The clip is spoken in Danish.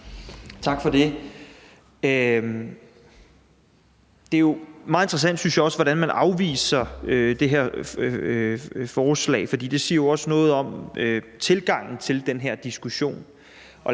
Tak for det. Det er jo meget interessant, synes jeg, hvordan man afviser det her forslag, for det siger jo også noget om tilgangen til den her diskussion.